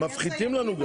מפחיתים לנו גם.